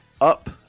up